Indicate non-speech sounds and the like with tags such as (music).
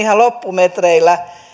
(unintelligible) ihan loppumetreillä